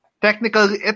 Technical